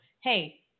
hey